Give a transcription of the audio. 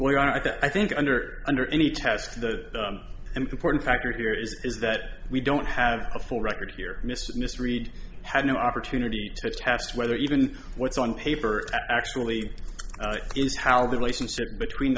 where i think under under any test the important factor here is that we don't have a full record here misread had no opportunity to test whether even what's on paper actually is how the relationship between